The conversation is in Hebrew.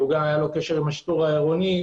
היה לו קשר עם השיטור העירוני.